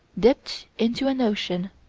dipped into an ocean,